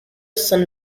san